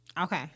Okay